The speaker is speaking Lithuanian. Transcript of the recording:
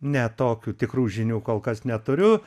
ne tokių tikrų žinių kol kas neturiu